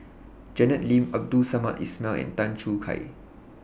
Janet Lim Abdul Samad Ismail and Tan Choo Kai